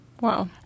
Wow